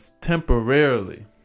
temporarily